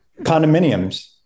condominiums